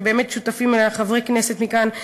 ושותפים לה חברי כנסת מכאן,